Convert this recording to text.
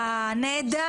אז הנה,